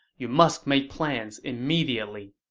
you must make plans immediately.